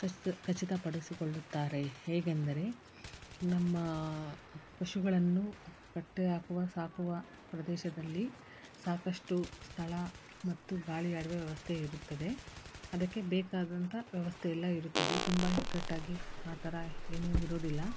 ಕಚಿತ ಕಚಿತಪಡಿಸಿಕೊಳ್ಳುತ್ತಾರೆ ಹೇಗೆಂದರೆ ನಮ್ಮ ಪಶುಗಳನ್ನು ಕಟ್ಟಿ ಹಾಕುವ ಸಾಕುವ ಪ್ರದೇಶದಲ್ಲಿ ಸಾಕಷ್ಟು ಸ್ಥಳ ಮತ್ತು ಗಾಳಿಯಾಡುವ ವ್ಯವಸ್ಥೆ ಇರುತ್ತದೆ ಅದಕ್ಕೆ ಬೇಕಾದಂಥ ವ್ಯವಸ್ಥೆ ಎಲ್ಲಇರುತ್ತದೆ ತುಂಬ ಇಕ್ಕಟ್ಟಾಗಿ ಆ ಥರ ಏನು ಇರೊದಿಲ್ಲ